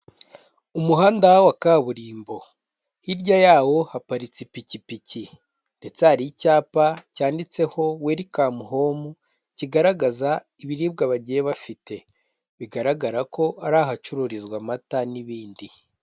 Umuhanda wa kaburimbo, hirya yawo haparitse ipikipiki ndetse hari icyapa cyanditseho welcome home, kigaragaza ibiribwa bagiye bafite, bigaragara ko ari ahacururizwa amata n'ibindi.